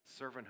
servanthood